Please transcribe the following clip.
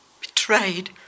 betrayed